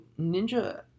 ninja